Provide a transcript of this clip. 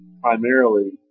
primarily